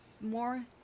more